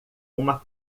uma